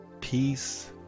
peace